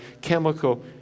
chemical